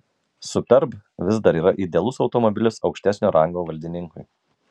superb vis dar yra idealus automobilis aukštesnio rango valdininkui